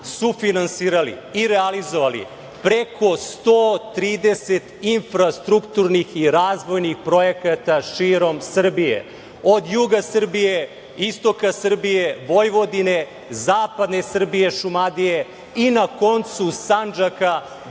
sufinansirali i realizovali preko 130 infrastrukturnih i razvojnih projekata širom Srbije, od juga Srbije, istoka Srbije, Vojvodine, zapadne Srbije, Šumadije i na koncu Sandžaka,